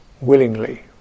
willingly